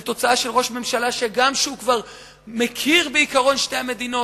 זו תוצאה של ראש ממשלה שגם כשהוא כבר מכיר בעקרון שתי המדינות,